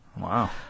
Wow